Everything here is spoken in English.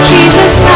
Jesus